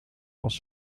als